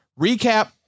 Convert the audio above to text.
recap